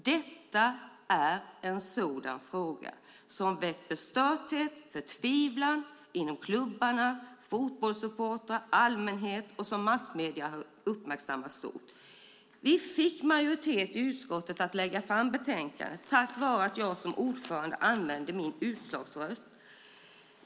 Detta är en sådan fråga som väckt bestörtning och förtvivlan inom klubbarna, hos fotbollssupportrar och hos allmänhet och som massmedierna uppmärksammat stort. Vi fick majoritet i utskottet för att lägga fram ett betänkande tack vare att jag som ordförande använde min utslagsröst.